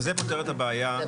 וזה פותר את הבעיה.